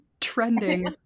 trending